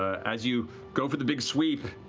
as you go for the big sweep,